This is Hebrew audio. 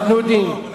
אנחנו יודעים.